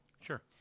sure